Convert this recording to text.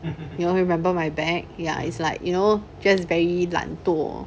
you remember my bag ya it's like you know just very 懒惰